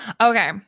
Okay